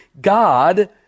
God